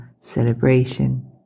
celebration